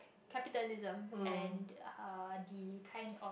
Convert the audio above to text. capitalism and the kind of